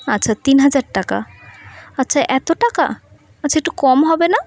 আচ্ছা তিন হাজার টাকা আচ্ছা এত টাকা আচ্ছা একটু কম হবে না